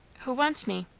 who wants me?